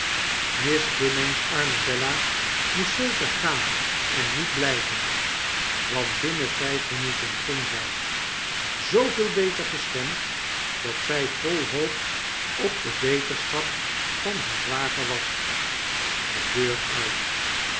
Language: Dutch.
miss kimmeens arme bella moest zeker gaan en niet blyven want binnen vgf minuten ging zjj zooveel beter gestemd dat zij vol hoop op de beterschap van haar zwager was de deur uit